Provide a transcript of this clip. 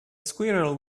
squirrel